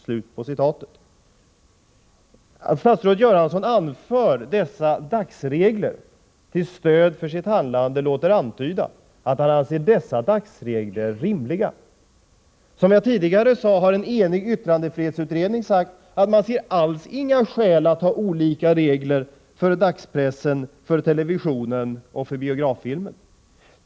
Att statsrådet Göransson anför dessa dagsregler till stöd för sitt handlande låter antyda att han anser dem rimliga. Som jag tidigare sade, har en enig yttrandefrihetsutredning sagt att man alls inte ser några skäl att ha olika regler för dagspressen, för televisionen och för biograffilmen.